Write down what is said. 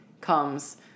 comes